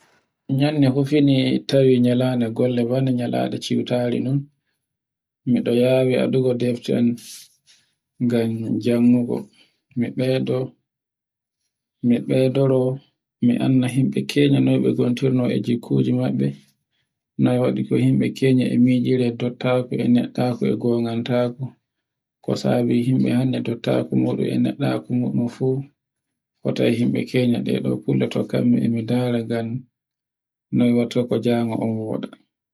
Yande fu fini tawi nyande golle bone nyande ciutare non. Miɗo yawi waɗugo defti am ngan jannugo. Mi ɓeydo, mi ɓeydoro mi annda himɓe kenya noy be gontiri e jikkuji maɓɓe. Noy waɗi ko himɓe kenya e mijire e dottaku, e neɗɗaku e gongantaaku e ko sabi himɓi kenya e dottaku muɗun e neɗɗaku muɗum fu fotai e himbe kenya ɗe kulle tokkaimi e min dara ngan noy watta ko jango an woɗa.